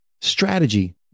strategy